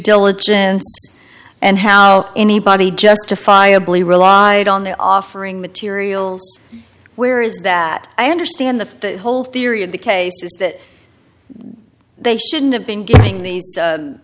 diligence and how anybody justifiably relied on their offering materials where is that i understand the whole theory of the case is that they shouldn't have been getting these